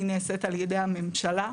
היא נעשית ע"י הממשלה,